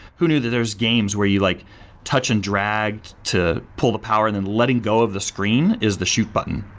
who knew that there's games where you like touch and drag to pull the power and then letting go of the screen is the shoot button.